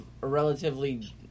relatively